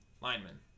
lineman